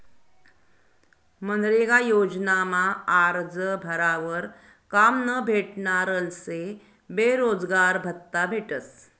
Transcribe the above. मनरेगा योजनामा आरजं भरावर काम न भेटनारस्ले बेरोजगारभत्त्ता भेटस